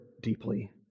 deeply